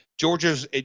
Georgia's